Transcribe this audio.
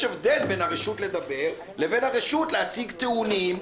יש הבדל בין הרשות לדבר לבין הרשות להציג טיעונים,